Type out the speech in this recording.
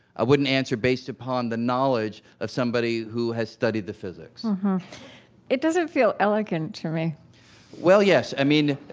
i wouldn't answer based upon the knowledge of somebody who has studied the physics it doesn't feel elegant to me well, yes. i mean,